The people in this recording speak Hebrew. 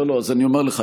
אז אני אומר לך,